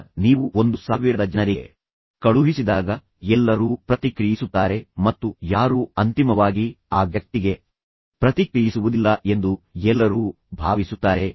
ಈಗ ನೀವು 1000 ಜನರಿಗೆ ಕಳುಹಿಸಿದಾಗ ಎಲ್ಲರೂ ಪ್ರತಿಕ್ರಿಯಿಸುತ್ತಾರೆ ಮತ್ತು ಯಾರೂ ಅಂತಿಮವಾಗಿ ಆ ವ್ಯಕ್ತಿಗೆ ಪ್ರತಿಕ್ರಿಯಿಸುವುದಿಲ್ಲ ಎಂದು ಎಲ್ಲರೂ ಭಾವಿಸುತ್ತಾರೆ